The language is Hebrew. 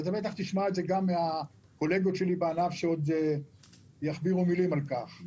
אתה בטח תשמע את זה גם מהקולגות שלי בענף שעוד יכבירו מילים על כך.